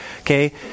Okay